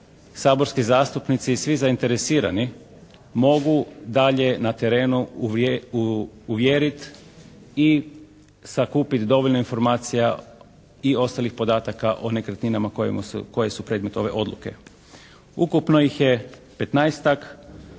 saborski zastupnici i svi zainteresirani mogu dalje na terenu uvjeriti i sakupiti dovoljno informacija i ostalih podataka o nekretninama koje su predmet ove odluke. Ukupno ih je